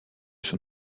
son